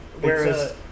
Whereas